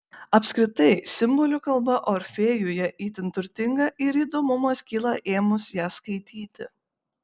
apskritai simbolių kalba orfėjuje itin turtinga ir įdomumas kyla ėmus ją skaityti